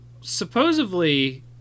Supposedly